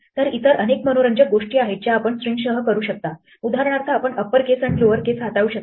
तर इतर अनेक मनोरंजक गोष्टी आहेत ज्या आपण स्ट्रिंगसह करू शकता उदाहरणार्थ आपण अप्पर केस आणि लोअर केस हाताळू शकता